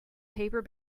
paper